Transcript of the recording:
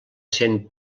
sent